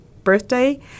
birthday